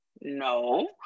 no